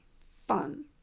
fun